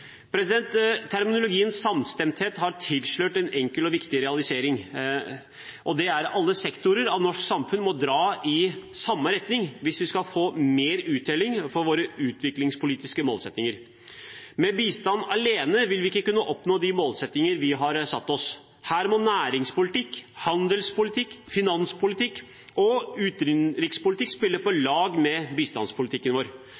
har tilslørt en enkel og viktig realisering, og det er: Alle sektorer av norsk samfunn må dra i samme retning hvis vi skal få mer uttelling for våre utviklingspolitiske målsettinger. Med bistand alene vil vi ikke kunne oppnå de målsettinger vi har satt oss. Her må næringspolitikk, handelspolitikk, finanspolitikk og utenrikspolitikk spille på lag med bistandspolitikken vår,